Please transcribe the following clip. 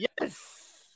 Yes